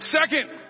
Second